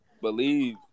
believe